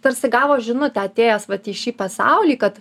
tarsi gavo žinutę atėjęs vat į šį pasaulį kad